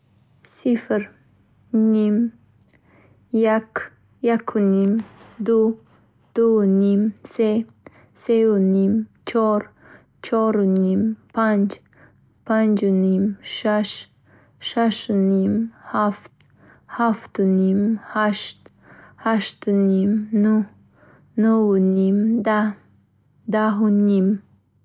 Сифр, ним, як, якним, ду, дуним, се, сеним, чаҳор, чаҳорним, панҷ, панҷним, шаш, шашним, ҳафт, ҳафтним, ҳашт, ҳаштним, нӯҳ, нӯҳним, даҳ даҳуним,